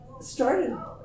started